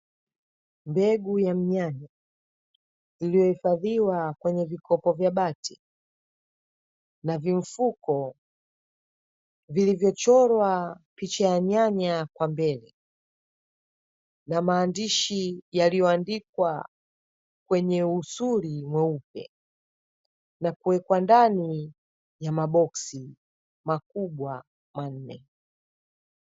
Mbegu ya mnyanya iliyohifadhiwa kwenye vikopo vya bati, na vimfuko vilivyochorwa picha ya nyanya kwa mbele. Na maandishi yaliyoandikwa kwenye usuli mweupe, na kuwekwa ndani ya maboksi makubwa manne.